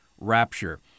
rapture